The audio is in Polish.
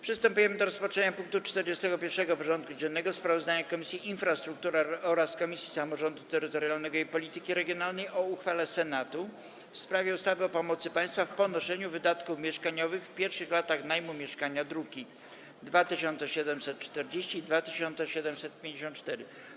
Przystępujemy do rozpatrzenia punktu 41. porządku dziennego: Sprawozdanie Komisji Infrastruktury oraz Komisji Samorządu Terytorialnego i Polityki Regionalnej o uchwale Senatu w sprawie ustawy o pomocy państwa w ponoszeniu wydatków mieszkaniowych w pierwszych latach najmu mieszkania (druki nr 2740 i 2754)